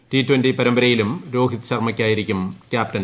T twenty പരമ്പരയിലും രോഹിത് ശർമ്മയായിരിക്കും captain